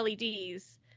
leds